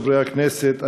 חברי הכנסת,